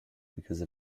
because